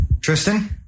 Tristan